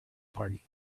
party